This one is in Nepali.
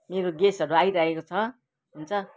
मेरो गेस्टहरू आइरहेको छ हुन्छ